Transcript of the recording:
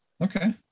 Okay